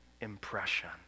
impression